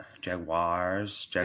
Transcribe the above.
Jaguars